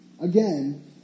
again